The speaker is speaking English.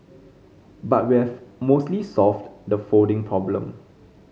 but we have mostly solved the folding problem